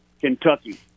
Kentucky